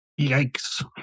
Yikes